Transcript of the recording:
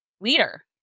leader